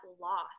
loss